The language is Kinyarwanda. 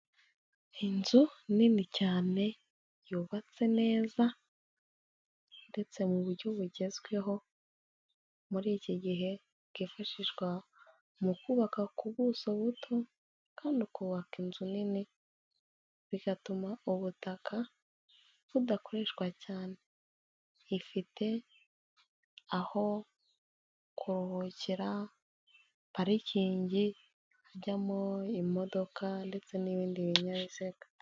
Inzu nini cyane yubatse neza ndetse mu buryo bugezweho, muri iki gihe bwifashishwa mu kubaka ku buso buto kandi ukubaka inzu nini, bigatuma ubutaka budakoreshwa cyane, ifite aho kuruhukira, parikingi hajyamo imodoka ndetse n'ibindi binyabiziga.